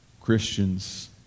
Christians